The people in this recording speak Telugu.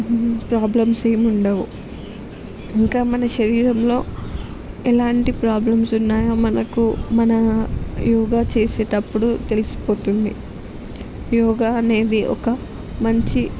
ప్రాబ్లమ్స్ ఏం ఉండవు ఇంకా మన శరీరంలో ఎలాంటి ప్రాబ్లమ్స్ ఉన్నాయో మనకు మన యోగా చేసేటప్పుడు తెలిసిపోతుంది యోగా అనేది ఒక మంచి